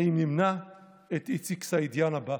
האם נמנע את איציק סעידיאן הבא?